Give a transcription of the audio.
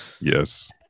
Yes